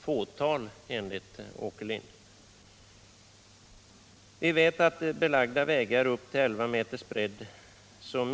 Det är enligt Allan Åkerlind bara ett fåtal som gör det. Av tillgänglig statistik vet vi att olycksriskerna minskar på belagda vägar upp till 11 meters bredd, men på